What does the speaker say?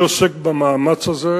אני עוסק במאמץ הזה.